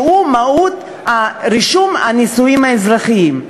שהוא מהות רישום הנישואין האזרחיים.